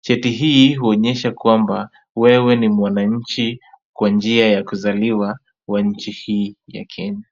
Cheti hii huonyesha kwamba wewe ni mwananchi kwa njia ya kuzaliwa wa nchi hii ya Kenya.